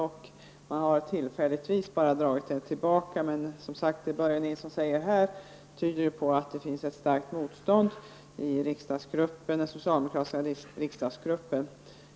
Man har bara tillfälligtvis dragit tillbaka förslaget, men vad Börje Nilsson säger här tyder ju på att det finns ett starkt motstånd i den socialdemokratiska riksdagsgruppen.